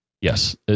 Yes